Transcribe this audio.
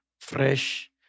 Fresh